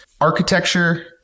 Architecture